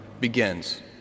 begins